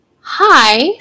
hi